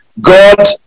God